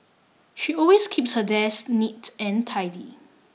she always keeps her desk neat and tidy